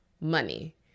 money